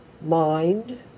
mind